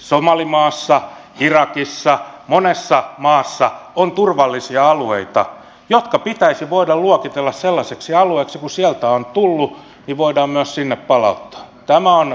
somalimaassa irakissa monessa maassa on turvallisia alueita jotka pitäisi voida luokitella sellaisiksi alueiksi että kun sieltä on tullut niin voidaan myös sinne palauttaa